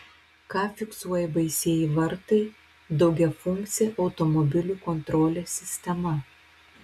ką fiksuoja baisieji vartai daugiafunkcė automobilių kontrolės sistema